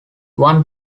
one